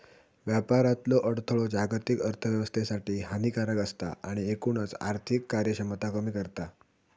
व्यापारातलो अडथळो जागतिक अर्थोव्यवस्थेसाठी हानिकारक असता आणि एकूणच आर्थिक कार्यक्षमता कमी करता